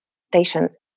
stations